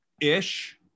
Ish